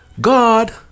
God